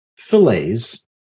fillets